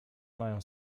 mają